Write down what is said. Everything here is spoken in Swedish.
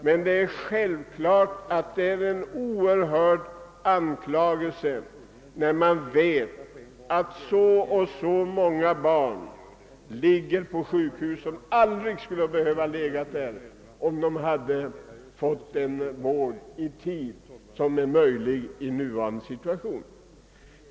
Ändå innebär det en oerhörd anklagelse att veta att många barn ligger på sjukhus men aldrig skulle ha behövt det, om de i tid hade fått den vård som kan ges i nuvarande situation.